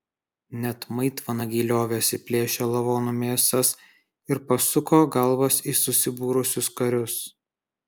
net maitvanagiai liovėsi plėšę lavonų mėsas ir pasuko galvas į susibūrusius karius